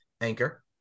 anchor